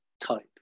type